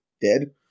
dead